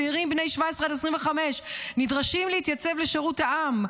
צעירים בני 17 עד 25 נדרשים להתייצב לשירות העם.